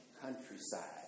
countryside